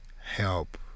help